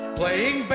playing